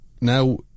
now